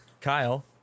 Kyle